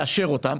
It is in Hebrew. לאשר אותן,